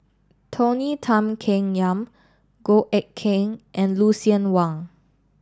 Tony Tan Keng Yam Goh Eck Kheng and Lucien Wang